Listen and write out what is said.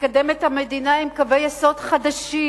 שתקדם את המדינה עם קווי יסוד חדשים,